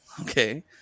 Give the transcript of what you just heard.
okay